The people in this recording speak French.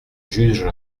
juge